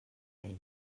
ella